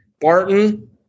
Barton